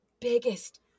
biggest